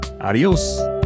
Adios